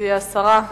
הסרה.